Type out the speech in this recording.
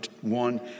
one